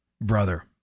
Brother